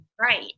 Right